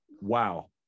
Wow